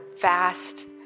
vast